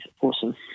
awesome